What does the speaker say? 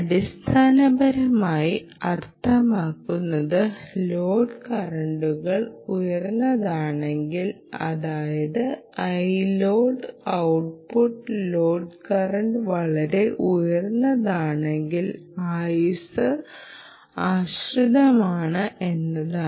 അടിസ്ഥാനപരമായി അതിനർത്ഥം ലോഡ് കറന്റുകൾ ഉയർന്നതാണെങ്കിൽ അതായത് load ഔട്ട്പുട്ട് ലോഡ് കറന്റ് വളരെ ഉയർന്നതാണെങ്കിൽ ആയുസ്സ് ആശ്രിതമാണ് എന്നതാണ്